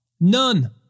none